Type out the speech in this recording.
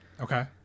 Okay